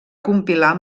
compilar